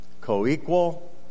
co-equal